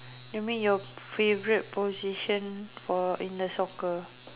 you mean your favorite position for in the soccer